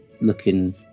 looking